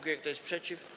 Kto jest przeciw?